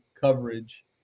coverage